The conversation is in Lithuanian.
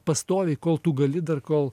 pastoviai kol tu gali dar kol